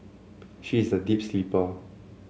she is a deep sleeper